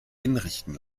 hinrichten